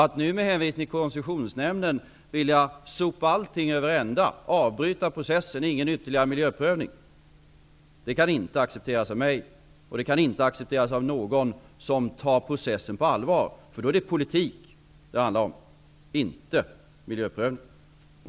Att nu med hänvisning till Koncessionsnämnden vilja sopa allting överända, avbryta processen och inte göra någon ytterligare miljöprövning kan inte accepteras av mig eller någon som tar processen på allvar. Då är det politik det handlar om och inte miljöprövning.